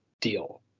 deal